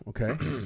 Okay